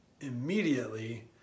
Immediately